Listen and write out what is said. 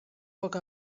poc